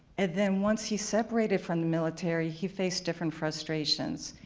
and then, once he separated from the military, he faced different frustrations.